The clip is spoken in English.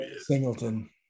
singleton